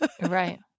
Right